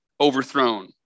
overthrown